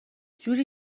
جوری